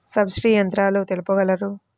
Subsidy యంత్రాలు తెలుపగలరు?